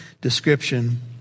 description